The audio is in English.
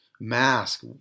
mask